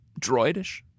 Droidish